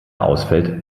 ausfällt